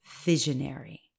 visionary